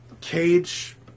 Cage